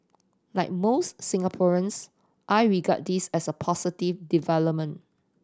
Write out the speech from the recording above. like most Singaporeans I regard this as a positive development